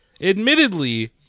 admittedly